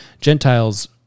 Gentiles